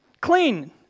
Clean